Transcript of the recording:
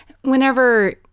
whenever